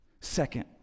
Second